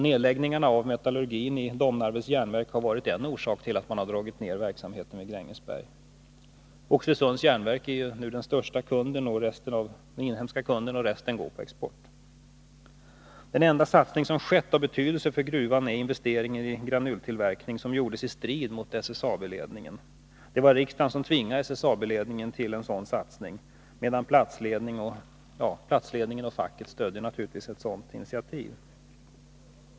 Nedläggningen av metallframställningen i Domnarvets järnverk har varit en orsak till att man dragit ner verksamheten i Grängesberg. Oxelösunds järnverk är nu den största inhemska kunden, och resten av malmen går på export. Den enda satsning som skett av betydelse för gruvan är investering i granultillverkning, som gjordes i strid med SSAB-ledningen. Det var riksdagen som tvingade SSAB-ledningen till denna satsning. Platsledningen och facket stödde naturligtvis ett sådant initiativ.